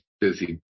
busy